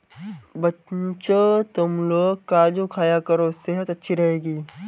बच्चों, तुमलोग काजू खाया करो सेहत अच्छी रहेगी